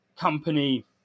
company